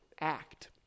act